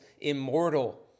immortal